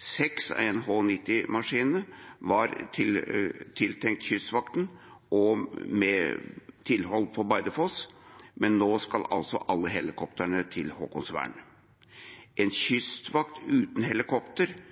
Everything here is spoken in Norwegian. Seks av NH90-maskinene var tiltenkt Kystvakten med tilhold på Bardufoss, men nå skal altså alle helikoptrene til Haakonsvern. En